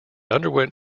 underwent